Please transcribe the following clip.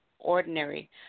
ordinary